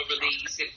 release